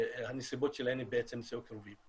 שהסיבות שלהן הן בעצם נישואי קרובים.